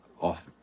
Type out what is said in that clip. off